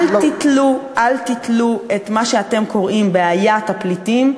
אל תתלו את מה שאתם קוראים לו "בעיית הפליטים"